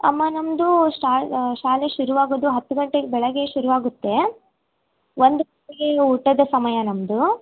ಅಮ್ಮ ನಮ್ಮದು ಶಾಲೆ ಶಾಲೆ ಶುರುವಾಗೋದು ಹತ್ತು ಗಂಟೆ ಬೆಳಗ್ಗೆ ಶುರು ಆಗುತ್ತೆ ಒಂದು ಗಂಟೆಗೆ ಊಟದ ಸಮಯ ನಮ್ಮದು